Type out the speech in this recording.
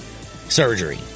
surgery